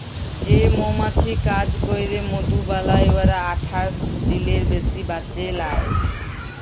যে মমাছি কাজ ক্যইরে মধু বালাই উয়ারা আঠাশ দিলের বেশি বাঁচে লায়